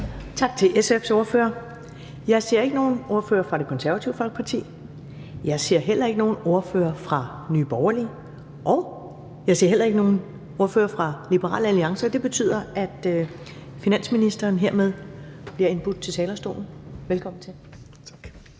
Tak til SF's ordfører. Jeg ser ikke nogen ordfører fra Det Konservative Folkeparti, jeg ser heller ikke nogen ordfører fra Nye Borgerlige, og jeg ser heller ikke nogen ordfører fra Liberal Alliance. Det betyder, at finansministeren hermed bliver indbudt til talerstolen. Velkommen. Kl.